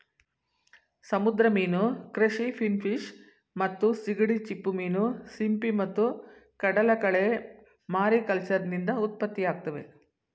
ಸಮುದ್ರ ಮೀನು ಕೃಷಿ ಫಿನ್ಫಿಶ್ ಮತ್ತು ಸೀಗಡಿ ಚಿಪ್ಪುಮೀನು ಸಿಂಪಿ ಮತ್ತು ಕಡಲಕಳೆ ಮಾರಿಕಲ್ಚರ್ನಿಂದ ಉತ್ಪತ್ತಿಯಾಗ್ತವೆ